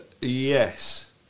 Yes